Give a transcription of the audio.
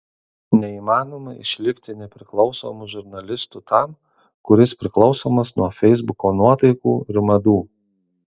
neįmanoma išlikti nepriklausomu žurnalistu tam kuris priklausomas nuo feisbuko nuotaikų ir madų